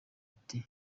ati